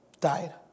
Died